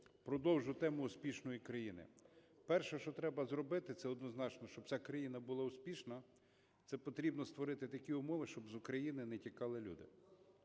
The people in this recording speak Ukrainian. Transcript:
Продовжу тему успішної країни. Перше, що треба зробити, це однозначно, щоб ця країна була успішна, це потрібно створити такі умови, щоб з України не тікали люди.